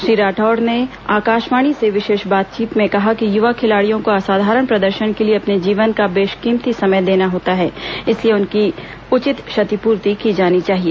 श्री राठौड़ ने आकाशवाणी से विशेष बातचीत में कहा कि युवा खिलाड़ियों को असाधारण प्रदर्शन के लिए अपने जीवन का बेशकीमती समय देना होता है इसलिए उनकी उचित क्षतिपूर्ति की जानी चाहिए